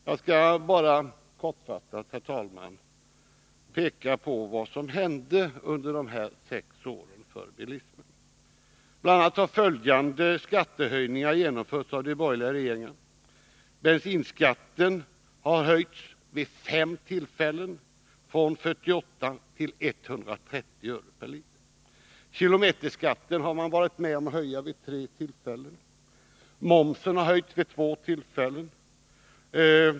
Jag skall bara kortfattat, herr talman, peka på vad som under dessa sex år hände när det gällde bilismen. Bl. a. genomfördes följande skattehöjningar av de borgerliga regeringarna. Bensinskatten höjdes vid fem tillfällen, från 48 till 130 öre per liter. Kilometerskatten höjdes vid tre tillfällen. Momsen höjdes vid två tillfällen.